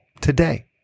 Today